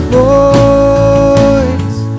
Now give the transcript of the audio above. voice